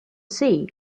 sea